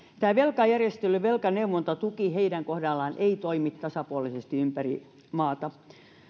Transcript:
tämä velkajärjestely velkaneuvontatuki heidän kohdallaan ei toimi tasapuolisesti ympäri maata